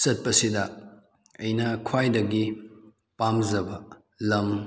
ꯆꯠꯄꯁꯤꯗ ꯑꯩꯅ ꯈ꯭ꯋꯥꯏꯗꯒꯤ ꯄꯥꯝꯖꯕ ꯂꯝ